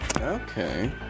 okay